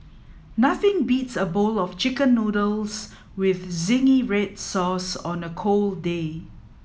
nothing beats a bowl of chicken noodles with zingy red sauce on a cold day